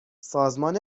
سازمان